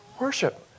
worship